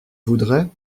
voudrait